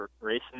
racing